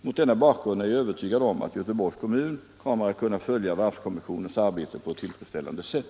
Mot denna bakgrund är jag övertygad om att Göteborgs kommun kommer att kunna följa varvskommissionens arbete på ett tillfredsställande sätt.